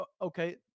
Okay